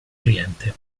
oriente